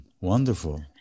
Wonderful